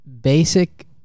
basic